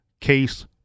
Case